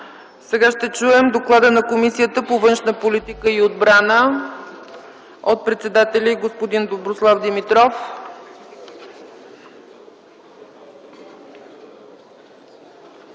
Сега ще чуем доклада на Комисията по външна политика и отбрана от председателя й господин Доброслав Димитров.